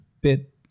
bit